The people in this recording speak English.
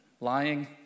lying